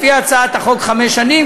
לפי הצעת החוק לחמש שנים,